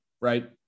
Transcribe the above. Right